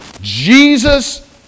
Jesus